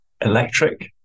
electric